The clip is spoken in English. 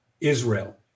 Israel